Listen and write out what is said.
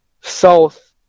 south